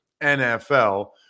NFL